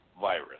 virus